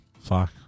Fuck